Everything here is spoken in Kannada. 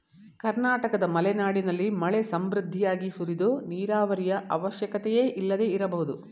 ಕರ್ನಾಟಕದ ಮಲೆನಾಡಿನಲ್ಲಿ ಮಳೆ ಸಮೃದ್ಧಿಯಾಗಿ ಸುರಿದು ನೀರಾವರಿಯ ಅವಶ್ಯಕತೆಯೇ ಇಲ್ಲದೆ ಇರಬಹುದು